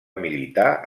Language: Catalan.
militar